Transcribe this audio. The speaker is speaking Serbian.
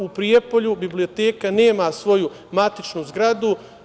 U Prijepolju biblioteka nema svoju matičnu zgradu.